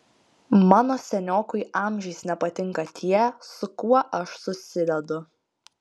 mano seniokui amžiais nepatinka tie su kuo aš susidedu